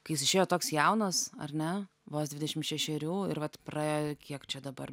kai jis išėjo toks jaunas ar ne vos dvidešim šešerių ir vat praėjo kiek čia dabar